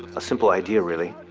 a simple idea really,